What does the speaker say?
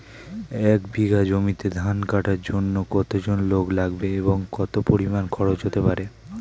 এক বিঘা জমিতে ধান কাটার জন্য কতজন লোক লাগবে এবং কত পরিমান খরচ হতে পারে?